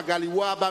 מגלי והבה,